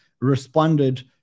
responded